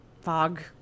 fog